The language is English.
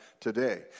today